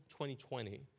2020